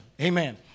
Amen